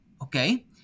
Okay